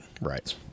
Right